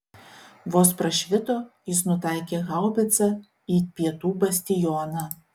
vos prašvito jis nutaikė haubicą į pietų bastioną